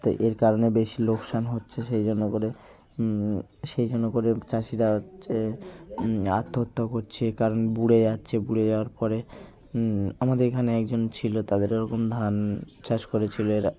তাই এর কারণে বেশি লোকসান হচ্ছে সেই জন্য করে সেই জন্য করে চাষিরা হচ্ছে আত্মহত্যা করছে কারণ বুরে যাচ্ছে বুরে যাওয়ার পরে আমাদের এখানে একজন ছিলো তাদেরও ওরকম ধান চাষ করেছিলো এরা